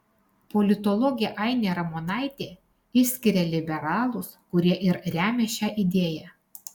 politologė ainė ramonaitė išskiria liberalus kurie ir remia šią idėją